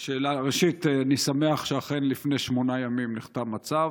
ראשית, אני שמח שאכן לפני שמונה ימים נחתם הצו.